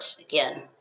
again